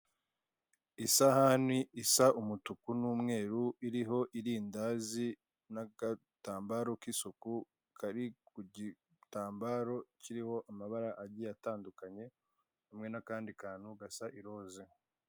Isahane isa umutuku n'umweru, iriho irindazi n'agatambaro k'isuku kari kugitambaro kiriho amabara agiye atandukanye, hamwe n'akandi kantu gasa iroze.